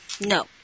No